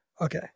Okay